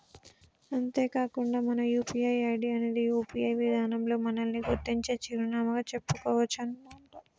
అంతేకాకుండా మన UPI ID అనేది యూ.పీ.ఐ విధానంలో మనల్ని గుర్తించే చిరునామాగా చెప్పుకోవచ్చునంట